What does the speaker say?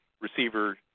receiver